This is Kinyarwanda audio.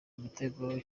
igitego